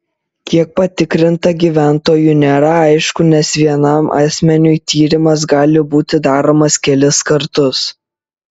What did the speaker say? kiek patikrinta gyventojų nėra aišku nes vienam asmeniui tyrimas gali būti daromas kelis kartus